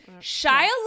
Shia